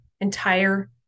entire